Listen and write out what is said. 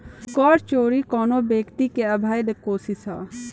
कर चोरी कवनो व्यक्ति के अवैध कोशिस ह